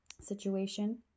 situation